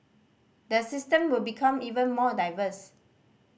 the system will become even more diverse